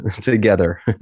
together